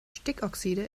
stickoxide